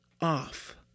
off